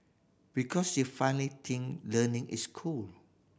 because you finally learning is cool